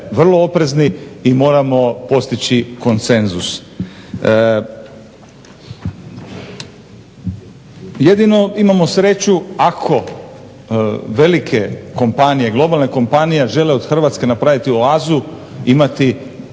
vrlo oprezni i moramo postići konsenzus. Jedino imamo sreću ako velike kompanije, globalne kompanije žele od Hrvatske napraviti oazu, imati